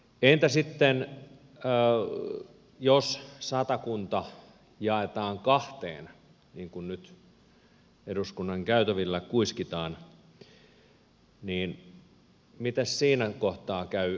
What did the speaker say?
entä sitten jos satakunta jaetaan kahteen niin kuin nyt eduskunnan käytävillä kuiskitaan niin miten siinä kohtaa käy koko satakunnan